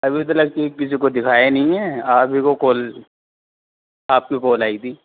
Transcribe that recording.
ابھی تلک کی کسی کو دکھایا نہیں ہے آپ ہی کو کال آپ کی کال آئی تھی